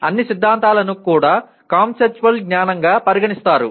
అన్ని సిద్ధాంతాలను కూడా కాన్సెప్చువల్ జ్ఞానంగా పరిగణిస్తారు